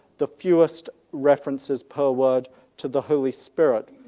the fewest references per word to the holy spirit.